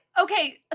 Okay